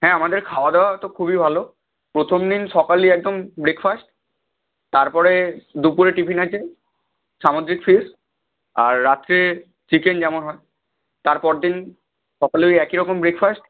হ্যাঁ আমাদের খাওয়া দাওয়া তো খুবই ভালো প্রথম দিন সকালেই একদম ব্রেকফাস্ট তারপরে দুপুরে টিফিন আছে সামুদ্রিক ফিশ আর রাত্রে চিকেন যেমন হয় তারপর দিন সকালে ওই একই রকম ব্রেকফাস্ট